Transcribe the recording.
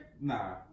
Nah